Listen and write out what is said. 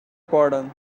pardon